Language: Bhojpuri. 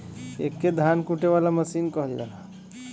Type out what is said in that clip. एके धान कूटे वाला मसीन कहल जाला